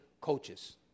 coaches